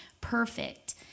perfect